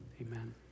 Amen